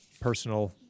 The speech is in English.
personal